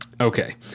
Okay